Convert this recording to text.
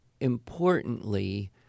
importantly